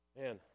Man